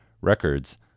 Records